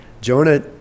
Jonah